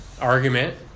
argument